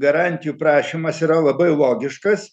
garantijų prašymas yra labai logiškas